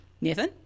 Nathan